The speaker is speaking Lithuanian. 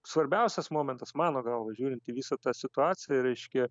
svarbiausias momentas mano galva žiūrint į visą tą situaciją reiškia